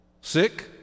Sick